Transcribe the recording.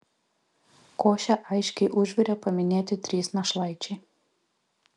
košę aiškiai užvirė paminėti trys našlaičiai